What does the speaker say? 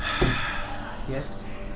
yes